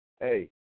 Hey